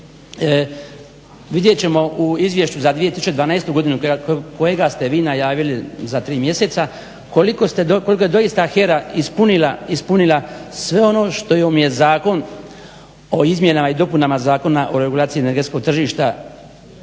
vidjet ćemo u izvješću za 2012. godinu kojega ste vi najavili za 3 mjeseca, koliko je doista HERA ispunila sve ono što joj je Zakon o izmjenama i dopuna Zakona o regulaciju energetskog tržišta